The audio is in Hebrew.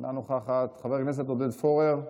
אינה נוכחת, חבר הכנסת עודד פורר,